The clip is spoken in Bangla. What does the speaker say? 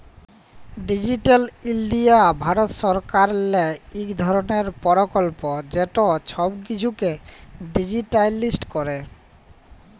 ডিজিটাল ইলডিয়া ভারত সরকারেরলে ইক ধরলের পরকল্প যেট ছব কিছুকে ডিজিটালাইস্ড ক্যরে